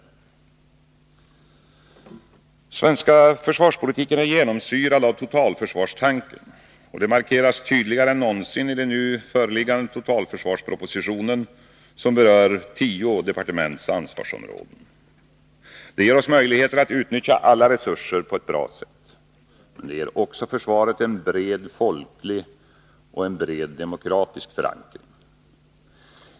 Den svenska försvarspolitiken är genomsyrad av totalförsvarstanken. Det markeras tydligare än någonsin i den nu föreliggande totalförsvarspropositionen, som berör tio departements ansvarsområden. Det ger oss möjlighet att utnyttja alla resurser på ett bra sätt. Men det ger också försvaret en bred folklig och en bred demokratisk förankring.